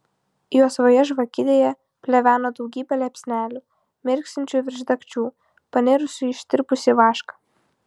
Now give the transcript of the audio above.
juosvoje žvakidėje pleveno daugybė liepsnelių mirksinčių virš dagčių panirusių į ištirpusį vašką